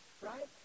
right